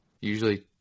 usually